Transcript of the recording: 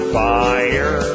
fire